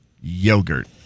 yogurt